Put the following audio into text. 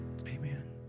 Amen